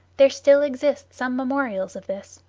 there still exist some memorials of this.